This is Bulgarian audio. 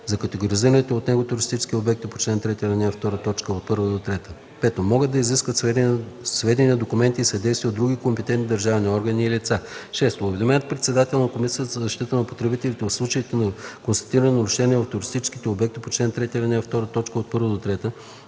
за категоризираните от него туристически обекти по чл. 3, ал. 2, т. 1-3; 5. могат да изискват сведения, документи и съдействие от други компетентни държавни органи и лица; 6. уведомяват председателя на Комисията за защита на потребителите в случаите на констатирани нарушения в туристическите обекти по чл. 3, ал. 2, т.